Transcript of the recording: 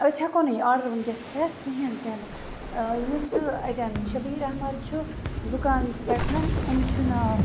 أسۍ ہیٚکو نہٕ یہِ آڈَر ونکٮ۪س کھیٚتھ کِہیٖنۍ تہِ نہٕ یُس اَتیٚن شبیٖر احمد چھُ دُکانَس پیٚٹھ أمِس چھُ ناو